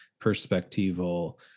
perspectival